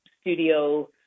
studio